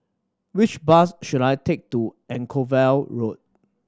which bus should I take to Anchorvale Road